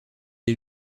est